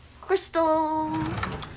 crystals